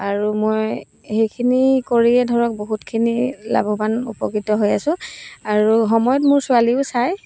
আৰু মই সেইখিনি কৰিয়ে ধৰক বহুতখিনি লাভৱান উপকৃত হৈ আছো আৰু সময়ত মোৰ ছোৱালীয়েও চাই